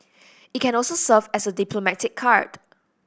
it can also serve as a diplomatic card